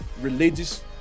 religious